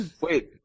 wait